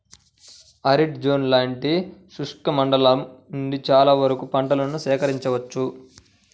arid zone లాంటి శుష్క మండలం నుండి చాలా వరకు పంటలను సేకరించవచ్చు